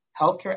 healthcare